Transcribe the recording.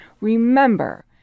Remember